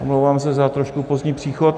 Omlouvám se za trošku pozdní příchod.